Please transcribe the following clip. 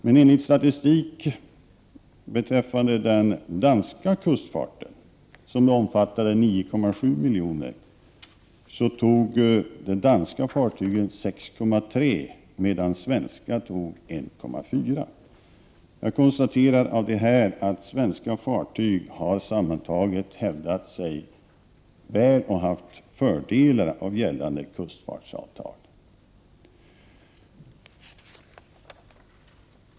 Men enligt statistik beträffande den danska kustfarten, som omfattar 9,7 miljoner ton, tog de danska fartygen 6,3 miljoner ton, medan svenska fartyg tog 1,4 miljoner ton. Av detta kan jag konstatera att svenska fartyg sammantaget har hävdat sig väl och haft fördelar av gällande kustfartsavtal.